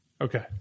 Okay